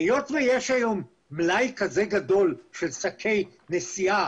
היות ויש היום מלאי כזה גדול של שקי נשיאה